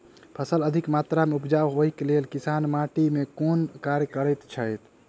फसल अधिक मात्रा मे उपजाउ होइक लेल किसान माटि मे केँ कुन कार्य करैत छैथ?